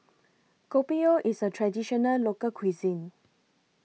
Kopi O IS A Traditional Local Cuisine